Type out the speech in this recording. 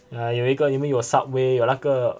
ah 有一个你们有 subway 有那个